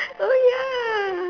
oh ya